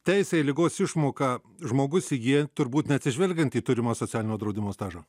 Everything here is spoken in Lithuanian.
teisę į ligos išmoką žmogus įgyja turbūt neatsižvelgiant į turimą socialinio draudimo stažą